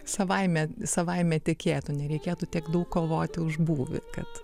savaime savaime tekėtų nereikėtų tiek daug kovoti už būvį kad